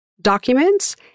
documents